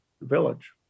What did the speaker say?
village